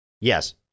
Yes